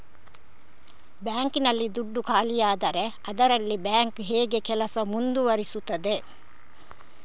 Bank ನಲ್ಲಿ ದುಡ್ಡು ಖಾಲಿಯಾದರೆ ಅದರಲ್ಲಿ ಬ್ಯಾಂಕ್ ಹೇಗೆ ಕೆಲಸ ಮುಂದುವರಿಸುತ್ತದೆ?